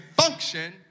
function